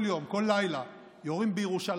כל יום, כל לילה, יורים בירושלים,